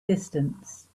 distance